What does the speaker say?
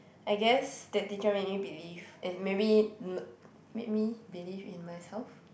I guess that teacher made me believe and maybe no made me believe in myself